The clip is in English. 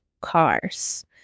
cars